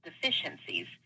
deficiencies